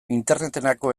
interneterako